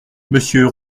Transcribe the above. monsieur